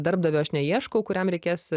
darbdavio aš neieškau kuriam reikės